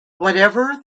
whatever